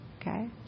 Okay